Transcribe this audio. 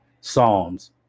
Psalms